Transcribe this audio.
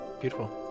Beautiful